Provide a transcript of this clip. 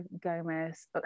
Gomez